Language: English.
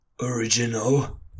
Original